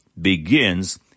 begins